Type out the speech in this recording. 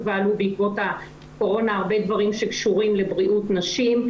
ועלו בעקבות הקורונה הרבה דברים שקשורים לבריאות נשים,